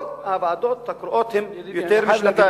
כל הוועדות הקרואות הן יותר משנתיים.